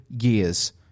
years